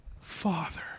Father